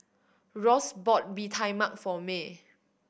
Ross bought Bee Tai Mak for Mae